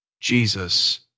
Jesus